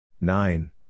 Nine